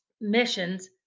missions